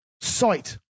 sight